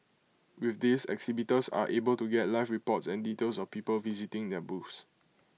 with this exhibitors are able to get live reports and details of people visiting their booths